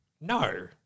No